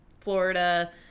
Florida